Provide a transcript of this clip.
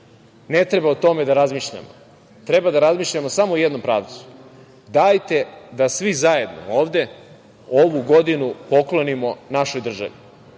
ne treba o tome da razmišljamo. Treba da razmišljamo samo u jednom pravcu – dajte da svi zajedno ovde ovu godinu poklonimo našoj državi.